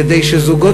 כדי שזוגות